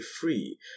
free